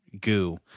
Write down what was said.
goo